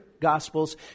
gospels